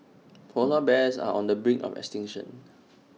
Polar Bears are on the brink of extinction